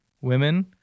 women